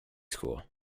school